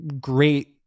great